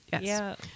Yes